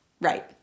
right